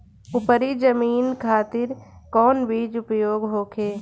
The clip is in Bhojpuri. उपरी जमीन खातिर कौन बीज उपयोग होखे?